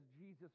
Jesus